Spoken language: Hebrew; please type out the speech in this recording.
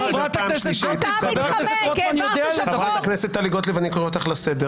חבר הכנסת קריב, אני קורא אותך לסדר